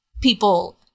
people